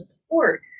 support